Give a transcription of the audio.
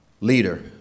leader